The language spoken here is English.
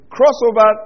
Crossover